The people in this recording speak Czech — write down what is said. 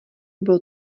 bylo